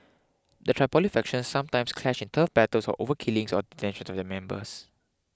the Tripoli factions sometimes clash in turf battles or over killings or detentions of their members